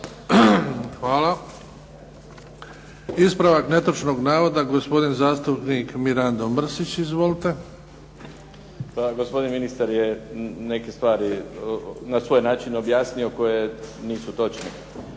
Hvala. Ispravak netočnog navoda, gospodin zastupnik Mirando Mrsić. Izvolite. **Mrsić, Mirando (SDP)** Pa gospodin ministar je neke stvari na svoj način objasnio koje nisu točne.